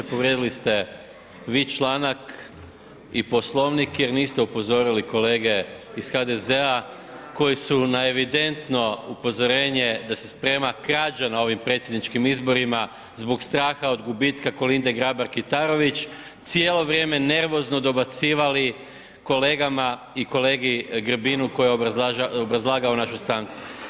Povrijedili ste vi članak i Poslovnik jer niste upozorili kolege iz HDZ-a koji su na evidentno upozorenje da se sprema krađa na ovim predsjedničkim izborima zbog straha od gubitka Kolinde Grabar Kitarović cijelo vrijeme nervozno dobacivali kolegama i kolegi Grbinu koji je obrazlagao našu stanku.